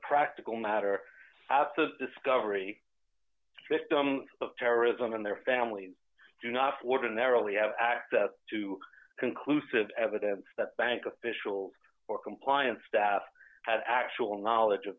practical matter after the discovery of terrorism and their families do not ordinarily have access to conclusive evidence that bank officials or compliance staff had actual knowledge of